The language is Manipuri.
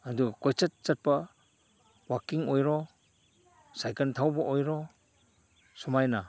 ꯑꯗꯨꯒ ꯀꯣꯏꯆꯠ ꯆꯠꯄ ꯋꯥꯛꯀꯤꯡ ꯑꯣꯏꯔꯣ ꯁꯥꯏꯀꯟ ꯊꯧꯕ ꯑꯣꯏꯔꯣ ꯁꯨꯃꯥꯏꯅ